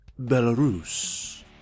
Belarus